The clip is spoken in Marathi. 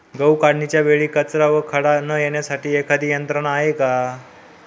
गहू काढणीच्या वेळी कचरा व खडा न येण्यासाठी एखादी यंत्रणा आहे का?